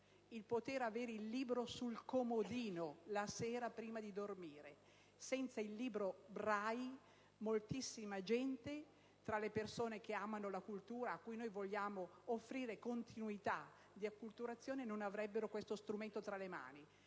di poterlo avere sul comodino la sera prima di dormire. Senza il libro Braille moltissimi tra coloro che amano la cultura, a cui noi vogliamo offrire continuità di acculturazione, non avrebbero questo strumento tra le mani.